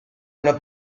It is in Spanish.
una